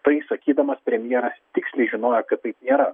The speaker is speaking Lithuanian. tai sakydamas premjeras tiksliai žinojo kad taip nėra